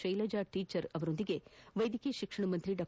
Shailaja teacher ಜೊತೆ ವೈದ್ಯಕೀಯ ಶಿಕ್ಷಣ ಸಚಿವ ಡಾ